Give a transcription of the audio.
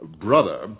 brother